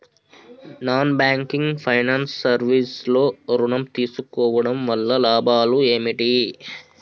Non banking finance service లో ఋణం తీసుకోవడం వల్ల లాభాలు ఏమిటి?